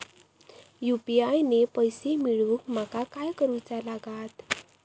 UPI ने पैशे मिळवूक माका काय करूचा लागात?